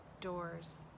doors